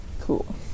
Cool